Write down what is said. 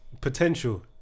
Potential